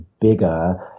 bigger